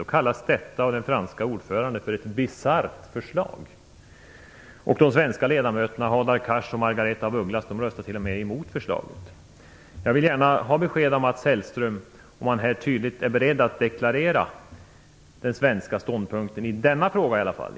Då kallas detta av den franske ordföranden för ett bisarrt förslag, och de svenska ledamöterna Hadar Jag vill gärna ha besked av Mats Hellström, om han är beredd att här tydligt deklarera den svenska ståndpunkten i denna fråga i alla fall.